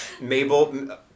Mabel